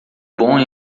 bom